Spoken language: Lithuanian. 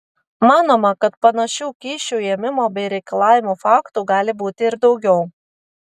manoma kad panašių kyšių ėmimo bei reikalavimo faktų gali būti ir daugiau